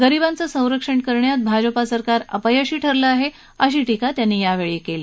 गरीबांचं संरक्षण करण्यात भाजपा सरकार अपयशी ठरलं आहे अशी टीका त्यांनी यावेळी केली